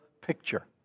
picture